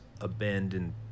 abandoned